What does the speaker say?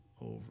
over